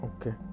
Okay